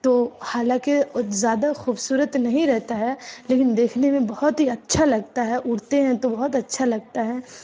تو حالانکہ زیادہ خوبصورت نہیں رہتا ہے لیکن دیکھنے میں بہت ہی اچھا لگتا ہے اڑتے ہیں تو بہت اچھا لگتا ہے